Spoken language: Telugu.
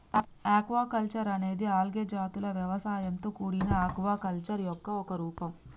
ఆక్వాకల్చర్ అనేది ఆల్గే జాతుల వ్యవసాయంతో కూడిన ఆక్వాకల్చర్ యొక్క ఒక రూపం